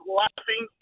laughing